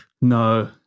No